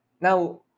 Now